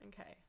Okay